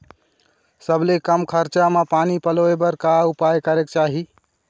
सबले कम खरचा मा पानी पलोए बर का उपाय करेक चाही?